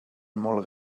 molt